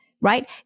right